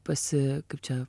pasi kaip čia